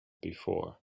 before